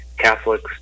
Catholics